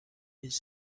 his